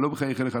לא מחייך אליך,